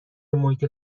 محیط